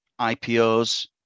IPOs